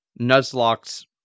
Nuzlocke's